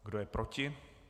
Kdo je proti?